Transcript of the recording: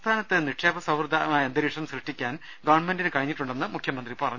സംസ്ഥാനത്ത് നിക്ഷേപ സൌഹൃദമായ അന്തരീക്ഷം സൃഷ്ടിക്കാൻ ഗവൺമെന്റിന് കഴിഞ്ഞിട്ടുണ്ടെന്ന് മുഖ്യമന്ത്രി ന പറഞ്ഞു